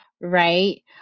right